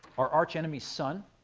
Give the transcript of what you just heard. our arch enemy sun,